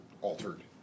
altered